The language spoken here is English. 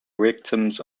victims